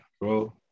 bro